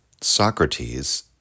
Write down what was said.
socrates